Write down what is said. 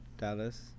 dallas